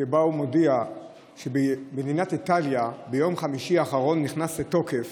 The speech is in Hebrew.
שבה הוא מודיע שבמדינת איטליה ביום חמישי האחרון נכנסה לתוקף